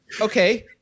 okay